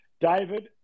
David